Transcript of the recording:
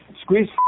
Squeeze